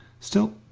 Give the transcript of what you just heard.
still,